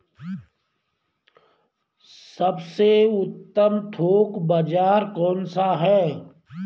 सबसे उत्तम थोक बाज़ार कौन सा है?